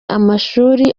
amashuri